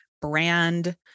brand